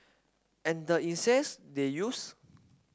and the incense they used